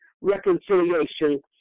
reconciliation